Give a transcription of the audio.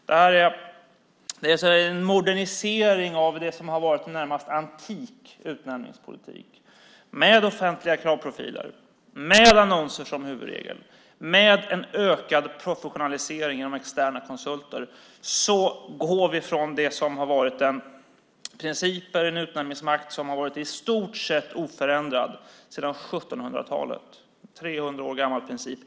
Det är en modernisering av det som har varit en närmast antik utnämningspolitik. Med offentliga kravprofiler, med annonser som huvudregel, med en ökad professionalisering genom externa konsulter går vi från principer för en utnämningsmakt som har varit i stort sett oförändrade sedan 1700-talet, 300 år gamla principer.